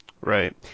Right